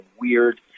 weird